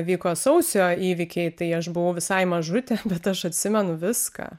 vyko sausio įvykiai tai aš buvau visai mažutė bet aš atsimenu viską